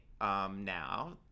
now